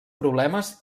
problemes